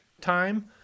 time